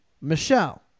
Michelle